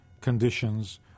conditions